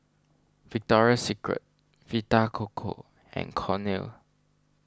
Victoria Secret Vita Coco and Cornell